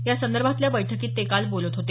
यासंदर्भातल्या बैठकीत ते काल बोलत होते